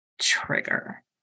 trigger